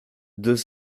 deux